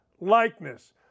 likeness